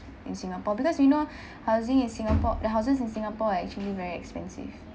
in singapore because we know housing in singapore the houses in singapore are actually very expensive